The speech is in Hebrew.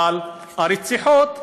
אבל הרציחות נמשכות,